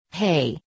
Hey